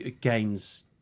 games